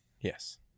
Yes